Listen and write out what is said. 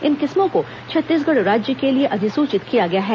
इन किस्मों को छत्तीसगढ़ राज्य के लिए अधिसूचित किया गया है